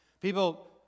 People